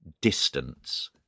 distance